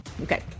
okay